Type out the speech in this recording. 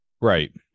Right